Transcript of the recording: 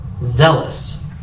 zealous